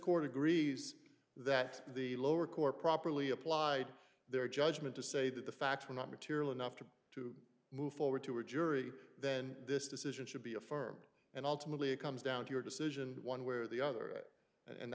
court agrees that the lower court properly applied their judgment to say that the facts were not material enough to to move forward to a jury then this decision should be affirmed and ultimately it comes down to your decision one way or the other and